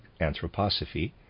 anthroposophy